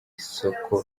isoko